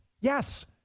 Yes